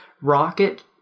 rocket